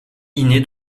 inné